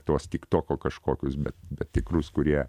tuos tik toko kažkokius bet bet tikrus kurie